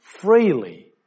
freely